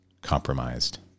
compromised